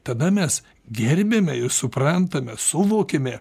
tada mes gerbiame ir suprantame suvokiame